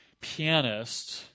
pianist